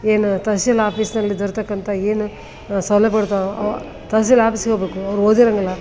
ಏನು ತಹಶೀಲ್ ಆಫೀಸಿನಲ್ಲಿ ದೊರೆತಕ್ಕಂತ ಏನು ಸೌಲಭ್ಯಗಳಿರ್ತವೆ ತಹಶೀಲ್ ಆಫೀಸಿಗೆ ಹೋಗಬೇಕು ಅವ್ರು ಓದಿರಂಗಿಲ್ಲ